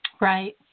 Right